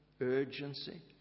urgency